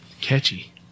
Catchy